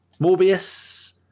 Morbius